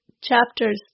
chapters